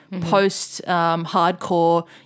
post-hardcore